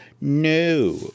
no